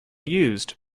used